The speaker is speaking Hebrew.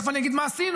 תכף אני אגיד מה עשינו,